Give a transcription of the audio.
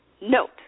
note